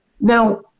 Now